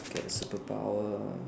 okay the superpower